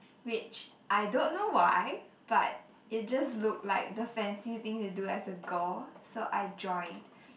which I don't know why but it just look like the fancy thing to do as a girl so I joined